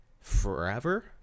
Forever